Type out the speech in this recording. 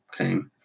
Okay